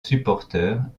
supporteurs